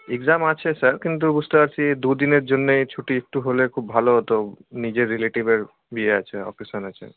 exam আছে sir কিন্তু বুঝতে পারছি দু দিনের জন্যে ছুটি একটু হলে খুব ভালো হতো নিজের রিলেটিভের বিয়ে আছে ওকেশন আছে